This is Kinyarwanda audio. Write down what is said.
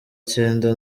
cyenda